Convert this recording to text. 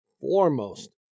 foremost